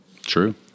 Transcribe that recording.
True